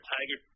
Tiger